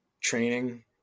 training